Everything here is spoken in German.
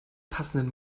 passenden